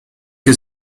que